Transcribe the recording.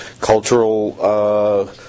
cultural